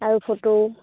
আৰু ফটো